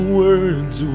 words